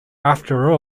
after